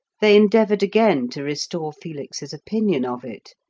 they endeavoured again to restore felix's opinion of it,